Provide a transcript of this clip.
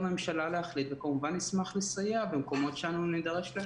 וכמובן נשמח לסייע במקומות שנידרש.